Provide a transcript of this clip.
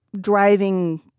driving